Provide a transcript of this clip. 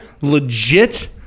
legit